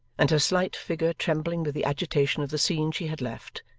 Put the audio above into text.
and her slight figure trembling with the agitation of the scene she had left,